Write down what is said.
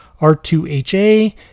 R2HA